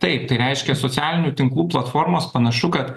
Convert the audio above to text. taip tai reiškia socialinių tinklų platformos panašu kad